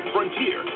Frontier